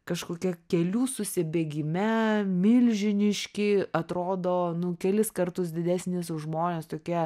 kažkokie kelių susibėgime milžiniški atrodo nu kelis kartus didesnis už žmones tokie